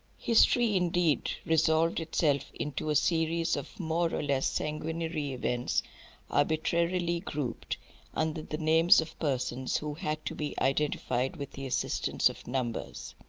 history indeed resolved itself into a series of more or less sanguinary events arbitrarily grouped under the names of persons who had to be identified with the assistance of numbers.